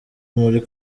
muri